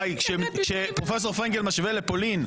כשפרופ' פרנקל משווה לפולין,